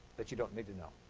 that you don't need to know.